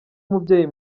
umubyeyi